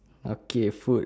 okay food